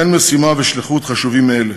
אין משימה ושליחות חשובות מאלה.